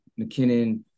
mckinnon